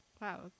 wow